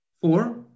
Four